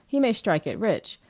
he may strike it rich.